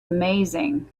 amazing